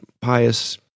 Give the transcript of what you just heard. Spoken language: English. pious